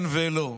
כן ולא.